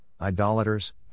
idolaters